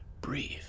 Breathe